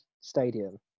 stadium